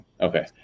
Okay